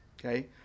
okay